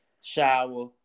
shower